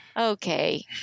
Okay